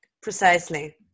Precisely